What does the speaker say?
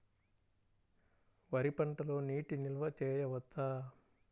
వరి పంటలో నీటి నిల్వ చేయవచ్చా?